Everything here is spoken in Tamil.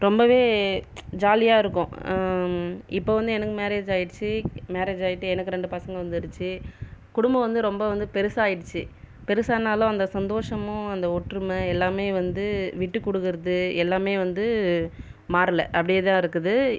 ரொம்பவே ஜாலியாயிருக்கும் இப்போ வந்து எனக்கு மேரேஜ் ஆயிடுச்சு மேரேஜ் ஆயிட்டு எனக்கு இரண்டு பசங்க வந்துடுச்சு குடும்பம் வந்து ரொம்ப வந்து பெருசாக ஆயிடுச்சு பெருசானாலும் அந்த சந்தோசமும் அந்த ஒற்றுமை எல்லாமே வந்து விட்டு கொடுக்குறது எல்லாமே வந்து மார்லே அப்படியே தான் இருக்குது